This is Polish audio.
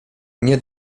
nie